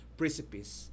precipice